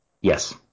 yes